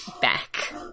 back